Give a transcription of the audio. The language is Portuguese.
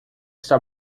está